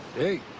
hey.